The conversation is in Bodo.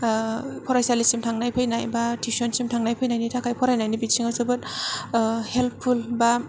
फरायसालिसिम थांनाय फैनायबा थिउसन सिम थांनाय फैनायनि थाखाय फरायनायनि बिथिङाव जोबोर हेल्पफुल बा